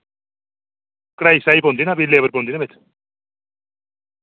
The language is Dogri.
कढाई शढाई पौंदी ना फ्ही लेबर पौंदी ना बिच